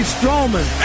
Strowman